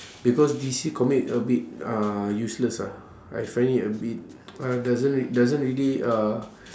because D_C comic a bit uh useless ah I find it a bit uh doesn't re~ doesn't really uh